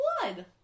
blood